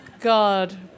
God